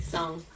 Song